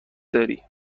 داری